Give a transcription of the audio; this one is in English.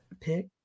pick